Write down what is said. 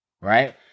right